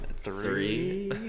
three